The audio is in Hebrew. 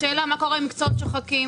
השאלה מה קורה עם מקצועות שוחקים.